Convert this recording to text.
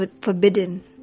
forbidden